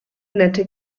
nette